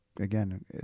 again